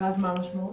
ואז מה המשמעות?